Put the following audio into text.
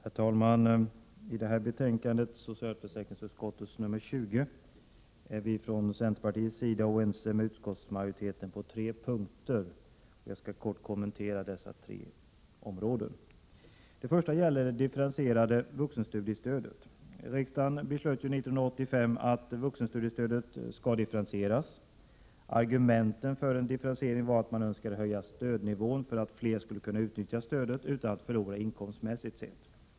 Herr talman! I det här ärendet, socialförsäkringsutskottets betänkande nr 20, är vi från centerpartiets sida oense med utskottsmajoriteten på tre punkter. Jag skall kort kommentera dessa tre. Den första punkten gäller det differentierade vuxenstudiestödet. Riksdagen beslöt 1985 att vuxenstudiestödet skulle differentieras. Argumentet för en differentiering var att man önskade höja stödnivån för att fler skulle kunna utnyttja stödet utan att förlora inkomstmässigt sett.